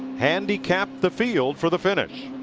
handicap the field for the finish.